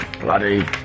Bloody